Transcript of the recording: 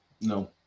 No